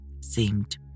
seemed